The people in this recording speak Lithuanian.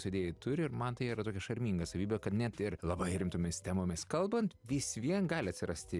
vedėjai turi ir man tai yra tokia šarminga savybė kad net ir labai rimtomis temomis kalbant vis vien gali atsirasti